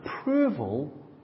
approval